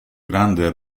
grande